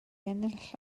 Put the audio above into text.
ennill